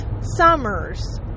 summers